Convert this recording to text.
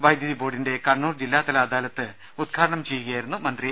വൈദ്യുതി ബോർഡിന്റെ കണ്ണൂർ ജില്ലാതല അദാലത്ത് ഉദ്ഘാടനം ചെയുകയായിരുന്നു മന്ത്രി